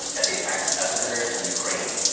at the attack's epicenter in ukraine,